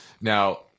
Now